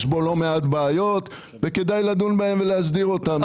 יש בו לא מעט בעיות וכדאי לדון בהן ולהסדיר אותן.